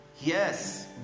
Yes